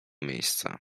miejsca